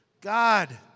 God